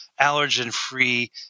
allergen-free